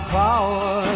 power